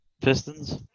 Pistons